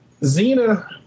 Xena